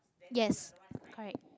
yes correct